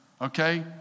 Okay